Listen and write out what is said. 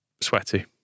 sweaty